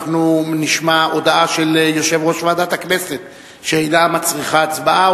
אנחנו נשמע הודעה של יושב-ראש ועדת הכנסת שאינה מצריכה הצבעה,